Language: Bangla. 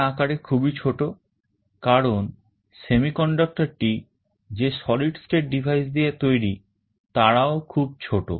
এরা আকারে খুবই ছোট কারণ semiconductorটি যে solid state device দিয়ে তৈরি তারাও খুবই ছোট